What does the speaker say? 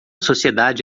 sociedade